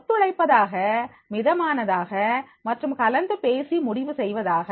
ஒத்துழைப்பதாக மிதமானதாக மற்றும் கலந்து பேசி முடிவு செய்வதாக